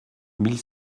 mille